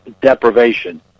deprivation